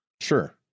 Sure